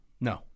No